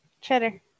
Cheddar